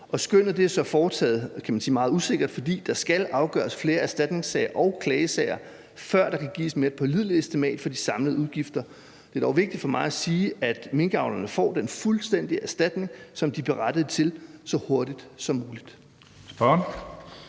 Og skønnet er så foretaget, kan man sige, meget usikkert, fordi der skal afgøres flere erstatningssager og klagesager, før der kan gives et mere pålideligt estimat for de samlede udgifter. Det er dog vigtigt for mig at sige, at minkavlerne får den fuldstændige erstatning, som de er berettiget til, så hurtigt som muligt.